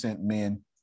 men